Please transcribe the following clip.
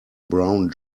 brown